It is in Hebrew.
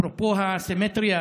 אפרופו הסימטריה,